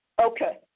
Okay